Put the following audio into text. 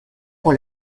pour